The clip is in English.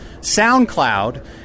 SoundCloud